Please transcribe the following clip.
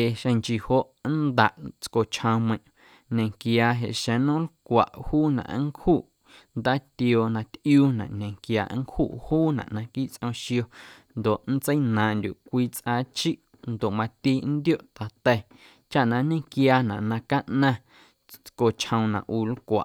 ee xeⁿ nchii joꞌ nndaꞌ tscochjoomeiⁿꞌ ñenquiaa jeꞌ nnom na nlcwaꞌ juunaꞌ nncjuꞌ ndaatioo na tꞌiuunaꞌ ñenquiaa ncjuꞌ juunaꞌ naquiiꞌ tsꞌom xio ndoꞌ nntseinaaⁿꞌndyuꞌ cwii tsꞌaachiꞌ ndoꞌ mati nntioꞌ ta̱ta̱ chaꞌ na nñenquiaanaꞌ na caꞌnaⁿ tscochjoom na ꞌu nlcwaꞌ.